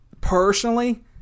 personally